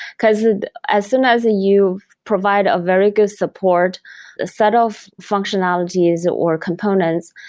because as soon as you provide a very good support set of functionalities, or components,